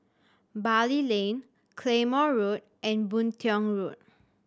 Bali Lane Claymore Road and Boon Tiong Road